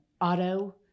auto